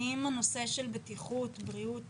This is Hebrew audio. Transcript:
האם הנושא של בטיחות, בריאות